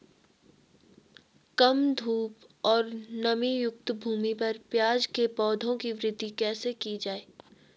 कम धूप और नमीयुक्त भूमि पर प्याज़ के पौधों की वृद्धि कैसे की जाए?